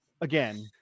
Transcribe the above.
again